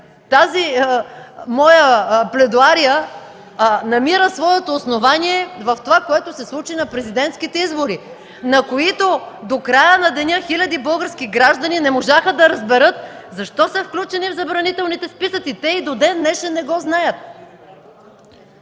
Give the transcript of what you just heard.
Тази моя пледоария намира своето основание в това, което се случи на президентските избори, на които до края на деня хиляди български граждани не можаха да разберат защо са включени в забранителните списъци. Те и до ден-днешен не го знаят.